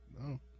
No